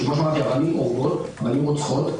שכמו שאמרתי אבנים הורגות ואבנים רוצחות.